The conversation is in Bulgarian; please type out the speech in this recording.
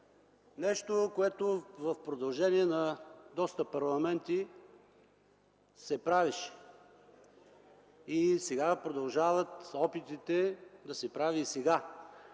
нещо, което в продължение на доста парламенти се правеше и сега продължават опитите да се прави? Много